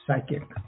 psychic